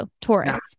Taurus